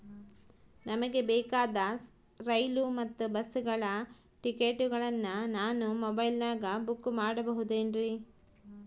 ನಮಗೆ ಬೇಕಾದ ರೈಲು ಮತ್ತ ಬಸ್ಸುಗಳ ಟಿಕೆಟುಗಳನ್ನ ನಾನು ಮೊಬೈಲಿನಾಗ ಬುಕ್ ಮಾಡಬಹುದೇನ್ರಿ?